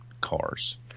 cars